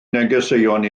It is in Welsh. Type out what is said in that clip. negeseuon